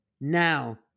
now